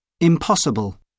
Impossible